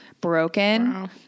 broken